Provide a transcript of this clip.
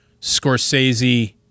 Scorsese